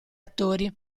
attori